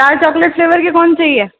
चार chocolate flavour के cone चाहिए